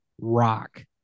rock